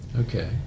Okay